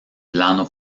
plano